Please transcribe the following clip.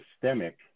systemic